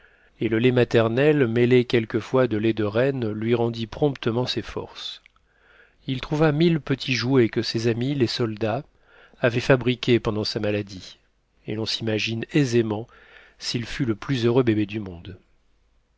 et le lait maternel mêlé quelquefois de lait de renne lui rendit promptement ses forces il trouva mille petits jouets que ses amis les soldats avaient fabriqués pendant sa maladie et l'on s'imagine aisément s'il fut le plus heureux bébé du monde